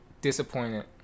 disappointed